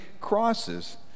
crosses